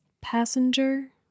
passenger